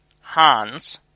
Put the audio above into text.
Hans